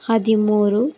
ಹದಿಮೂರು